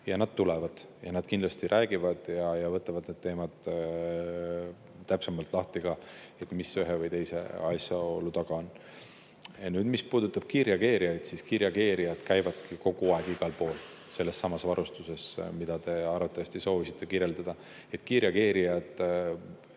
Nad tulevad ja nad kindlasti räägivad ja võtavad need teemad täpsemalt lahti, mis ühe või teise asjaolu taga on. Nüüd, mis puudutab kiirreageerijaid, siis kiirreageerijad käivadki kogu aeg igal pool sellessamas varustuses, mida te arvatavasti soovisite kirjeldada. Kiirreageerijad